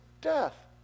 death